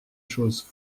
choses